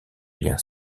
lien